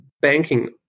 banking